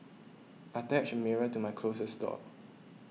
I attached a mirror to my closest door